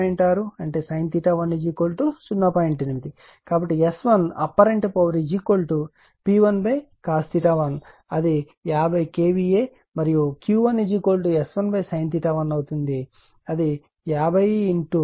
కాబట్టి S1 apparent power P1 cos 1 అది 50 KVA మరియు Q 1 S 1 sin 1 అవుతుంది 50 0